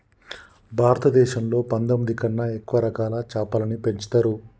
భారతదేశంలో పందొమ్మిది కన్నా ఎక్కువ రకాల చాపలని పెంచుతరు